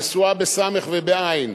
נסועה בסמ"ך ובעי"ן,